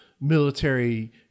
military